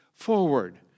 forward